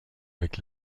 avec